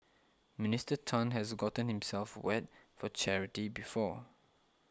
Minister Tan has gotten himself wet for charity before